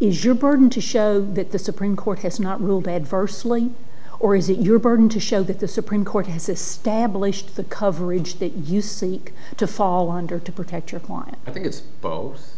is your burden to show that the supreme court has not ruled adversely or is it your burden to show that the supreme court has established the coverage that you seek to fall under to protect your client i think it's both